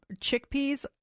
chickpeas